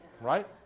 right